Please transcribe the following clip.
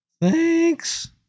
Thanks